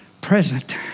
present